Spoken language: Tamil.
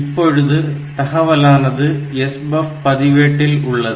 இப்பொழுது தகவலானது SBUF பதிவேட்டில் உள்ளது